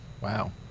Wow